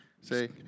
Say